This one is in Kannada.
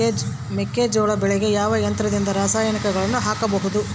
ಮೆಕ್ಕೆಜೋಳ ಬೆಳೆಗೆ ಯಾವ ಯಂತ್ರದಿಂದ ರಾಸಾಯನಿಕಗಳನ್ನು ಹಾಕಬಹುದು?